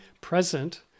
present